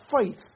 faith